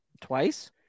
twice